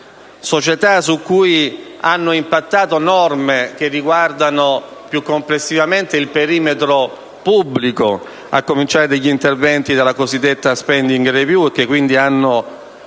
società su cui hanno impattato norme, che riguardano più complessivamente il perimetro pubblico, a cominciare dagli interventi della cosiddetta *spending review*, che hanno